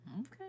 Okay